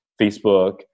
Facebook